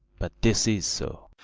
but this is so.